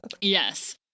Yes